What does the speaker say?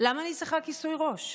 למה אני צריכה כיסוי ראש?